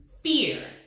fear